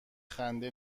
خنده